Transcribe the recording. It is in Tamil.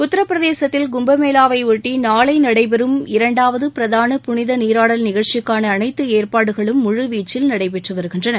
உத்தரப்பிரதேசத்தில் கும்பமேளாவை ஒட்டி நாளை நடைபெறும் இரண்டாவது பிராதன புனித நீராடல் நிகழ்ச்சிக்கான அனைத்து ஏற்பாடுகளும் முழு வீச்சில் நடைபெற்று வருகின்றன